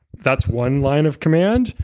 that's one line of command,